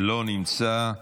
לא נמצא.